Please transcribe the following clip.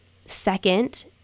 Second